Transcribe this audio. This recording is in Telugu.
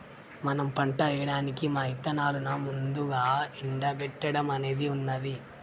మనం పంట ఏయడానికి మా ఇత్తనాలను ముందుగా ఎండబెట్టడం అనేది ఉన్నది